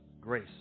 grace